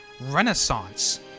renaissance